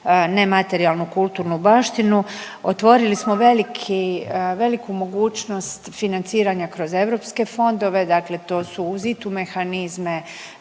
nematerijalnu kulturnu baštinu. Otvorili smo veliki, veliku mogućnost financiranja kroz europske fondove dakle to su uz ITU mehanizme,